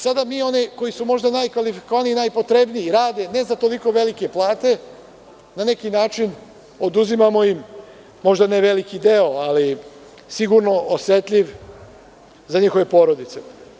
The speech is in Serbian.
Sada mi onima koji su možda najkvalifikovaniji i najpotrebniji, rade ne za toliko velike plate, na neki način oduzimamo, možda ne veliki deo, ali sigurno osetljiv za njihove porodice.